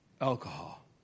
alcohol